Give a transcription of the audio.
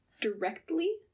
directly